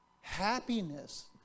happiness